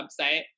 website